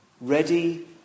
ready